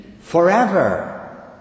forever